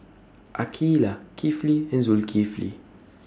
Aqeelah Kifli and Zulkifli